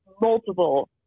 multiple